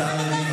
השר לוין,